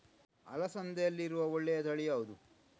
ಅಲಸಂದೆಯಲ್ಲಿರುವ ಒಳ್ಳೆಯ ತಳಿ ಯಾವ್ದು?